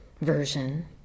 version